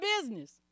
business